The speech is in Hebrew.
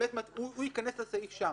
שהוא ייכנס לסעיף שם.